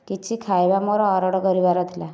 କିଛି ଖାଇବା ମୋର ଅର୍ଡର କରିବାର ଥିଲା